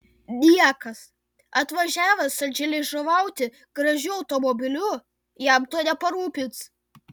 niekas atvažiavęs saldžialiežuvauti gražiu automobiliu jam to neparūpins